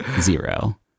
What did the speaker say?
zero